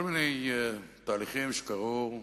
כל מיני תהליכים קרו,